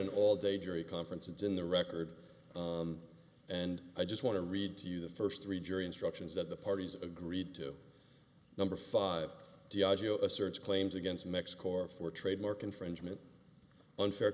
an all day jury conference in the record and i just want to read to you the first three jury instructions that the parties agreed to number five a search claims against mexico for trademark infringement unfair